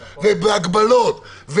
הגבלות,